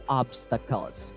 obstacles